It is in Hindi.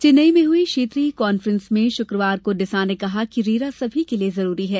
चेन्नई में हुई क्षेत्रीय कांफ्रेस में शुक्रवार को डिसा ने कहा कि रेरा सभी के लिये जरूरी है